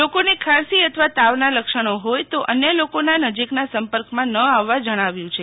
લોકોને ખાંસી અથવા તાવના લક્ષણો હોય તો અન્ય લોકોના નજીકના સંપર્કમાં ના આવવા જણાવાયું છે